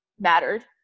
mattered